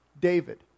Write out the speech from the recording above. David